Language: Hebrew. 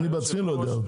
אני בעצמי לא יודע.